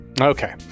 Okay